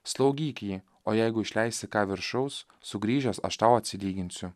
slaugyk jį o jeigu išleisi ką viršaus sugrįžęs aš tau atsilyginsiu